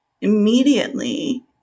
immediately